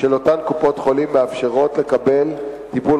של אותן קופות-חולים מאפשרים לקבל טיפול